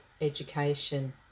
education